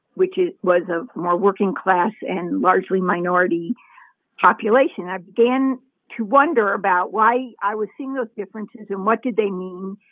which was a more working class and largely minority population i began to wonder about why i was seeing those differences and what did they mean.